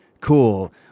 cool